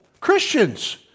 Christians